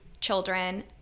children